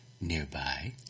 nearby